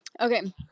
Okay